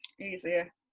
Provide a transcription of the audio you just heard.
easier